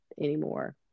anymore